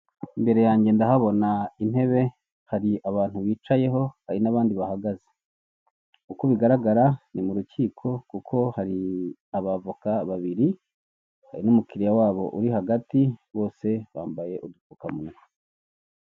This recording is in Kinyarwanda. Imbere yanjye ndahabona intebe hari abantu bicayeho hari n'abandi bahagaze. Uko bigaragara ni mu rukiko kuko hari abavoka babiri hari n'umukiriya wabo uri hagati bose bambaye udupfukamunwa.